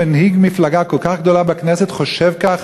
מנהיג מפלגה כל כך גדולה בכנסת חושב כך,